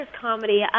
comedy